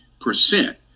percent